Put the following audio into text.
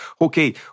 okay